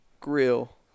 grill